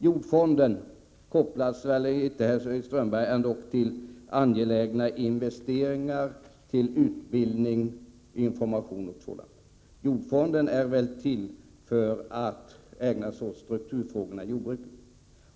Jordfonden kopplas väl ändå inte till angelägna investeringar, till utbildning, information osv. Den är till för att klara strukturproblemen i jordbruket.